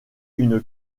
une